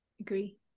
agree